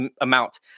amount